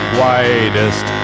widest